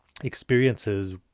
experiences